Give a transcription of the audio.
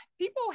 people